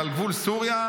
ועל גבול סוריה,